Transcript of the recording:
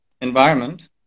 environment